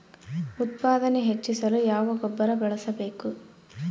ಉತ್ಪಾದನೆ ಹೆಚ್ಚಿಸಲು ಯಾವ ಗೊಬ್ಬರ ಬಳಸಬೇಕು?